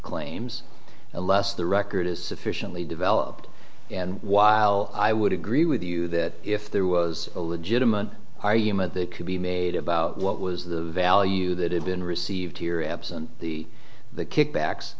claims unless the record is sufficiently developed and while i would agree with you that if there was a legitimate argument that could be made about what was the value that had been received here absent the kickbacks